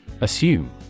Assume